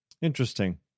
Interesting